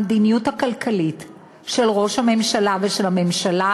המדיניות הכלכלית של ראש הממשלה ושל הממשלה